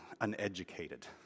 uneducated